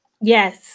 Yes